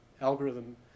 algorithm